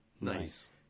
nice